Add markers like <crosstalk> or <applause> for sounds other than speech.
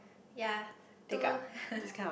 yea two <laughs>